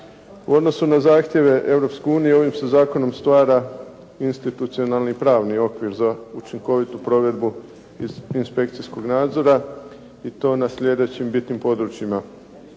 U odnosu na zahtjeve Europske unije ovim se zakonom stvara institucionalni pravni okvir za učinkovitu provedbu inspekcijskog nadzora i to na sljedećim bitnim područjima.